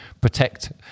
protect